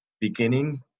beginning